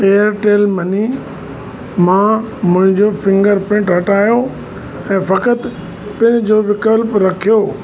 Airtel money मां मुंहिंजो finger print हटायो ऐं फ़क़ति पिन जो विकल्प रखियो